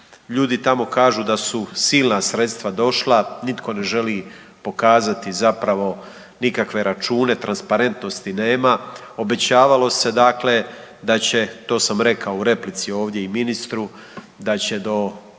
Ljudi tako kažu da su silna sredstva došla, nitko ne želi pokazati zapravo nikakve račune, transparentnosti nema. Obećavalo se da će to sam rekao u replici ovdje i ministru, da će do